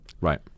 Right